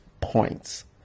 points